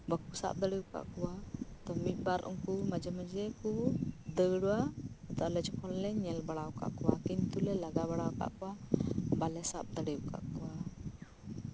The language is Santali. ᱵᱟᱠᱚ ᱥᱟᱵ ᱫᱟᱲᱮᱭᱟᱠᱟᱫ ᱠᱚᱣᱟ ᱢᱤᱫ ᱵᱟᱨ ᱩᱱᱠᱩ ᱢᱟᱡᱷᱮ ᱢᱟᱡᱷᱮ ᱠᱚ ᱫᱟᱹᱲᱟ ᱟᱞᱮ ᱡᱚᱠᱷᱚᱱ ᱞᱮ ᱧᱮᱞ ᱵᱟᱲᱟ ᱠᱟᱜ ᱠᱚᱣᱟ ᱠᱤᱱᱛᱩ ᱡᱚᱠᱷᱚᱱᱞᱮ ᱞᱟᱜᱟ ᱵᱟᱲᱟ ᱠᱟᱜ ᱠᱚᱣᱟ ᱵᱟᱞᱮ ᱥᱟᱵ ᱫᱟᱲᱮᱭᱟᱠᱟᱫ ᱠᱚᱣᱟ